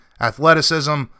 athleticism